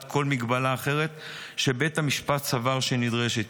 כל מגבלה אחרת שבית המשפט סבר שנדרשת.